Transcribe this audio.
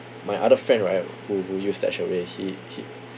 my other friend right who who used S he he